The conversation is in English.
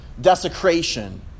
desecration